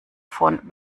von